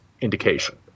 indication